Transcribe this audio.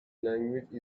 language